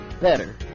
better